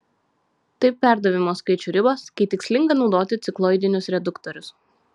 tai perdavimo skaičių ribos kai tikslinga naudoti cikloidinius reduktorius